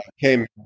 came